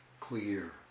clear